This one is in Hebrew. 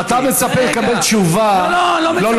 אתה מצפה לקבל תשובה, לא, לא.